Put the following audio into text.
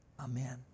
Amen